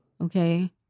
okay